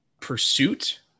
pursuit